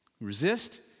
resist